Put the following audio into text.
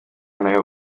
nayo